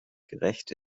gerecht